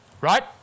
right